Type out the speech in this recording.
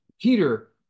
Peter